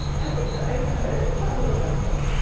i think but i mean um i think john would have liked this.